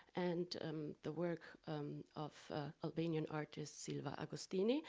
and the work of albanian artist silva agostini,